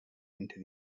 into